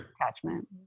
attachment